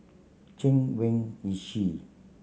Chen Wen Hsi